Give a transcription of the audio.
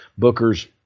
bookers